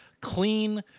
clean